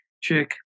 chick